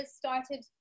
started